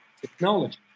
technology